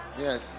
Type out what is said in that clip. yes